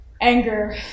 anger